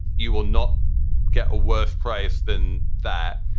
you will not get a worse price than that.